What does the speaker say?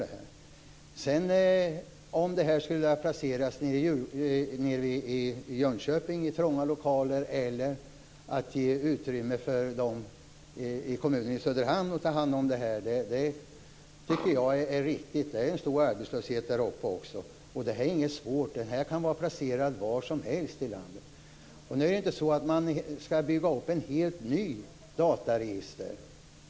Indataenheten kan placeras i trånga lokaler i Jönköping, eller också kan Söderhamns kommun ge utrymme för detta, vilket jag tycker är riktigt. Det är en stor arbetslöshet där uppe. Det är inga svårigheter med det. Enheten kan vara placerad var som helst i landet. Man skall inte bygga upp ett helt nytt dataregister.